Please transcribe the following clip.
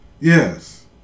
Yes